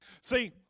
See